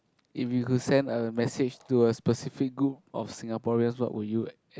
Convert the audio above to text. if you could send a message to a specific group of Singaporeans what would you